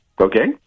Okay